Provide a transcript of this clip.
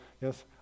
yes